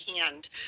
hand